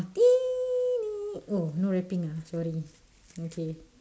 oh no rapping ah sorry okay